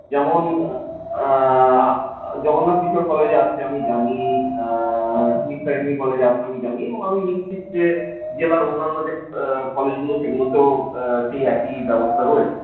যেমন জগন্নাথ কিশোর কলেজে আছে আমি জানি নিস্তারিণী কলেজে আছে আমি জানি এবং আমি নিশ্চিত যে জেলার অন্যান্য যে কলেজগুলো সেগুলোতেও সেই একই ব্যবস্থা রয়েছে